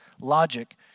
logic